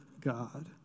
God